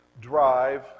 drive